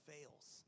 fails